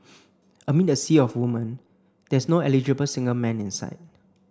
amid the sea of women there's no eligible single man in sight